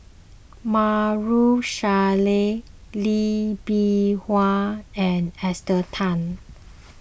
Maarof Salleh Lee Bee Wah and Esther Tan